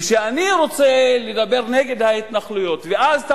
וכשאני רוצה לדבר נגד ההתנחלויות אז אתה